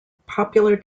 popular